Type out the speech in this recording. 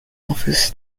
offers